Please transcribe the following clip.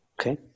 Okay